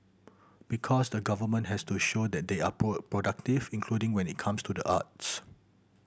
because the government has to show that they are productive including when it comes to the arts